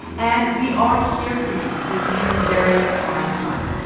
and we are here for you through these very trying times.